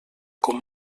com